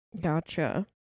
Gotcha